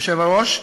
היושב-ראש,